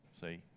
See